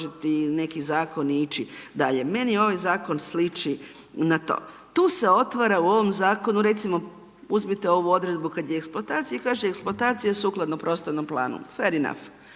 neki zakon i ići dalje. Meni ovaj zakon sliči na to. Tu se otvara u ovom zakonu, recimo uzmite ovu odredbu kad je eksploatacija, kaže eksploatacija sukladno prostornog planu. Fair enough.